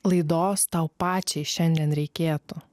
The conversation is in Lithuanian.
laidos tau pačiai šiandien reikėtų